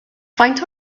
faint